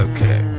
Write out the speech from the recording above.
Okay